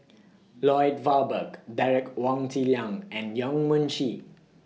Lloyd Valberg Derek Wong Zi Liang and Yong Mun Chee